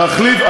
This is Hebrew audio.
להחליף,